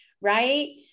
right